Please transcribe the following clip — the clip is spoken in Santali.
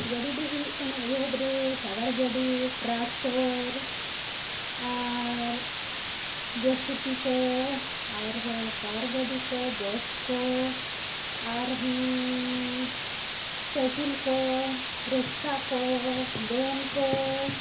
ᱜᱟᱹᱰᱤ ᱫᱚ ᱦᱩᱭᱩᱜ ᱠᱟᱱᱟ ᱮᱦᱚᱵ ᱨᱮ ᱥᱟᱜᱟᱲ ᱜᱟᱹᱰᱤ ᱴᱨᱟᱠᱴᱚᱨ ᱟᱨ ᱡᱮᱥᱤᱵᱤ ᱠᱚ ᱟᱨᱦᱚᱸ ᱠᱟᱨ ᱜᱟᱹᱰᱤ ᱠᱚ ᱵᱚᱥ ᱠᱚ ᱟᱨᱦᱚᱸ ᱥᱟᱭᱠᱮᱞ ᱠᱚ ᱨᱮᱠᱥᱟ ᱠᱚ ᱵᱷᱮᱱ ᱠᱚ